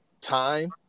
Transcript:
time